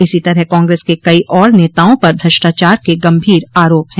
इसी तरह कांग्रेस के कई और नेताओं पर भ्रष्टाचार के गंभीर आराप है